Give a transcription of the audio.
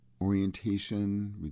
orientation